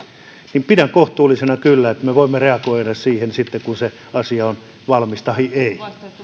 niin pidän kohtuullisena kyllä että me voimme reagoida siihen sitten kun se asia on valmis tahi ei